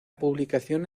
publicación